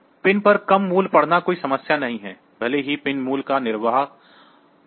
pin पर कम मूल्य पढ़ना कोई समस्या नहीं है भले ही पिन मूल्य का निर्वहन हो